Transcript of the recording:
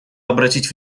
обратить